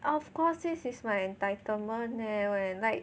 of course this is my entitlement leh like